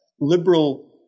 liberal